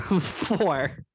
Four